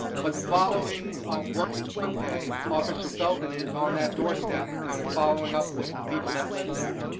but the following work work day, officer felton is on that doorstep kind of following up with the people that live there.